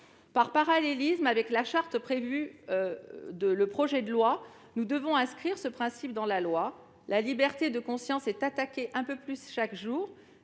Par parallélisme avec la charte prévue, nous devons inscrire ce principe dans la loi. La liberté de conscience est attaquée un peu plus chaque jour.